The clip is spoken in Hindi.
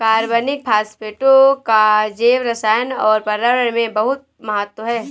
कार्बनिक फास्फेटों का जैवरसायन और पर्यावरण में बहुत महत्व है